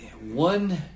one